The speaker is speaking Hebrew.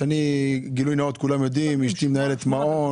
גילוי נאות, כולם יודעים, אשתי מנהלת מעון.